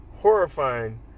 horrifying